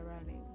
running